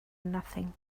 nothing